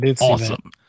awesome